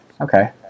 Okay